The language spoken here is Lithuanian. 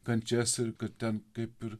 kančias ir kad ten kaip ir